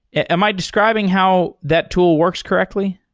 am i describing how that tool works correctly?